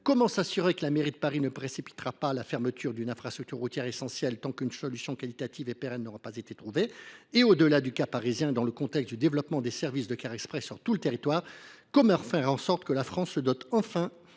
Comment s’assurer que la mairie de Paris ne précipitera pas la fermeture d’une infrastructure routière essentielle tant qu’une solution qualitative et pérenne n’aura pas été trouvée ? Au delà du cas parisien, dans le contexte du développement des services de cars express sur tout le territoire, comment faire en sorte que la France se dote, enfin,